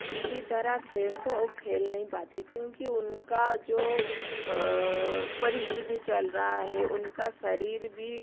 इसी तरा खेल को वो खेल नहीं पाते क्योंकि उनका जो परिस्थिति चल रहा हे उनका शरीर भी